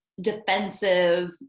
defensive